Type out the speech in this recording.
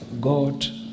God